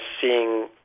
seeing